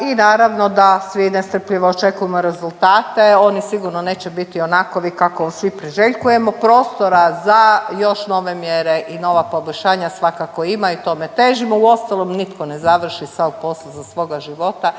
i naravno da svi nestrpljivo očekujemo rezultate, oni sigurno neće biti onakovi kako svi priželjkuje. Prostora za još nove mjere i nova poboljšanja svakako ima i tome težimo, uostalom, nitko ne završi sav posao za svoga života